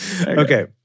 Okay